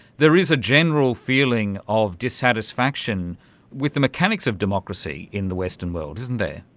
there is a general feeling of dissatisfaction with the mechanics of democracy in the western world, isn't there.